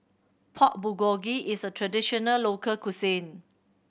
Pork Bulgogi is a traditional local cuisine